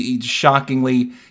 shockingly